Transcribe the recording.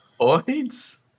Points